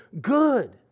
good